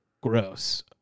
gross